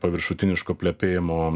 paviršutiniško plepėjimo